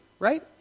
Right